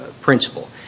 principle